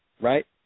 right